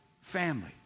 family